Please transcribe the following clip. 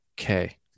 Okay